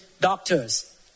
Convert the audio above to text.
doctors